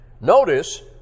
Notice